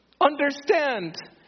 understand